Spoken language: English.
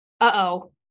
uh-oh